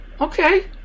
Okay